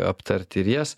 aptarti ir jas